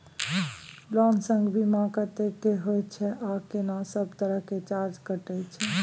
Loan संग बीमा कत्ते के होय छै आ केना सब तरह के चार्ज कटै छै?